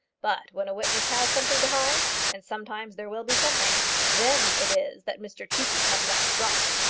but when a witness has something to hide and sometimes there will be something then it is that mr cheekey comes out strong.